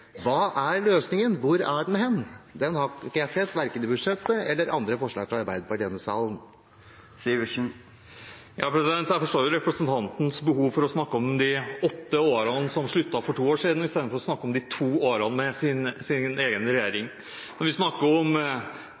Hva er løsningen? Hvor er den hen? Den har ikke jeg sett verken i budsjettet eller i andre forslag fra Arbeiderpartiet i denne salen. Jeg forstår representantens behov for å snakke om de åtte årene som sluttet for to år siden, istedenfor å snakke om de to årene med egen regjering. Når vi snakker om